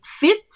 fit